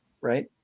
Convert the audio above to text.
right